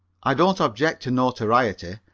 i don't object to notoriety,